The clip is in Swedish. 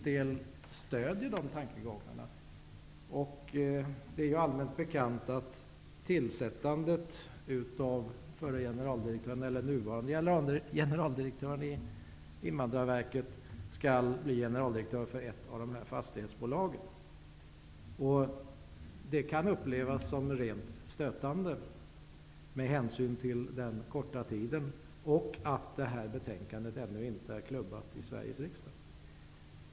Det är allmänt bekant att tillsättandet av den nuvarande generaldirektören i Invandrarverket som generaldirektör för ett av fastighetsbolagen kan upplevas som rent stötande med hänsyn till den relativt korta tiden och till att betänkandet ännu inte klubbats i Sveriges riksdag.